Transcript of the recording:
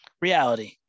reality